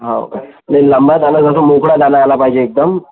हो काय नाही लांबा दाणासारखा मोकळा दाणा आला पाहिजे एकदम